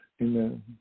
Amen